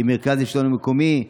עם משרד השלטון המקומי,